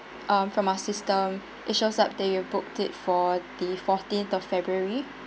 um from our system it shows up that you booked it for the fourteenth of february